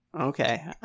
Okay